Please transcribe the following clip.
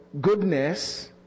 Goodness